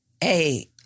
hey